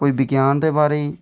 कोई विज्ञान दे बारै ई